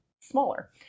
smaller